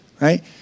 right